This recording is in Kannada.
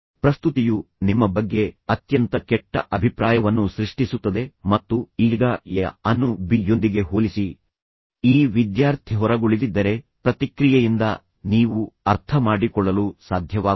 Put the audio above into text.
ಪ್ರಸ್ತುತಿಯು ನಿಮ್ಮ ಬಗ್ಗೆ ಅತ್ಯಂತ ಕೆಟ್ಟ ಅಭಿಪ್ರಾಯವನ್ನು ಸೃಷ್ಟಿಸುತ್ತದೆ ಮತ್ತು ಈಗ ಎ ಅನ್ನು ಬಿ ಯೊಂದಿಗೆ ಹೋಲಿಸಿ ಈ ವಿದ್ಯಾರ್ಥಿಹೊರಗುಳಿದಿದ್ದರೆ ಪ್ರತಿಕ್ರಿಯೆಯಿಂದ ನೀವು ಅರ್ಥಮಾಡಿಕೊಳ್ಳಲು ಸಾಧ್ಯವಾಗುತ್ತದೆ